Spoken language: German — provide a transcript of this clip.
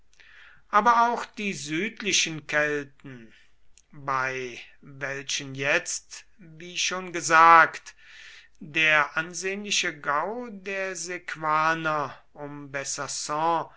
aber auch die südlichen kelten bei welchen jetzt wie schon gesagt der ansehnliche gau der sequaner